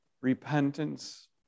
Repentance